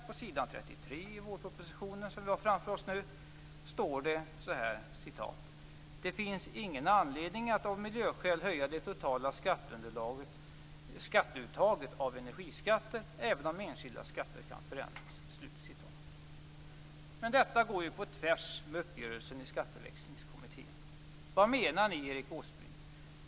På s. 33 i vårpropositionen står det: "Det finns nu ingen anledning att av miljöskäl höja det totala uttaget av energiskatter, även om enskilda skatter kan förändras." Detta går ju på tvärs med uppgörelsen i Skatteväxlingskommittén. Vad menar ni, Erik Åsbrink?